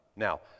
Now